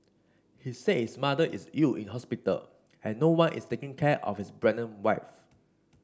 he said his mother is ill in hospital and no one is taking care of his pregnant wife